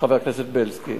חבר הכנסת בילסקי.